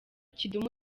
kidum